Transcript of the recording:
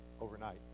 overnight